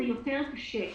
זה קשה יותר.